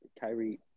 Kyrie